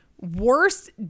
Worst